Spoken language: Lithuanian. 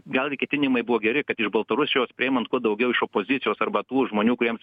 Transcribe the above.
gal ir ketinimai buvo geri kad iš baltarusijos priimant kuo daugiau iš opozicijos arba tų žmonių kuriems